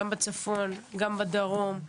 בצפון ובדרום,